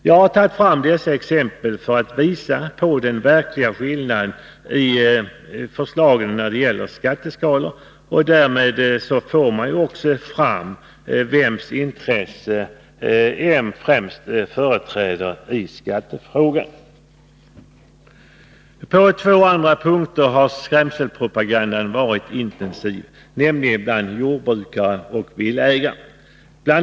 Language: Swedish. Jag har tagit fram dessa exempel för att visa på den verkliga skillnaden i förslagen, och därmed framträder också vems intresse moderaterna företräder i skattefrågan. På två andra punkter har skrämselpropagandan varit intensiv, nämligen bland jordbrukare och villaägare. Bl.